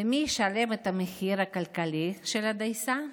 ומי ישלם את המחיר הכלכלי של הדייסה?